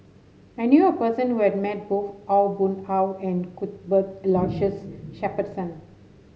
I knew a person who has met both Aw Boon Haw and Cuthbert Aloysius Shepherdson